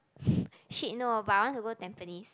shit no but I want to go Tampines